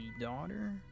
daughter